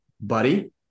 buddy